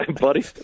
buddy